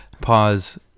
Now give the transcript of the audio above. Pause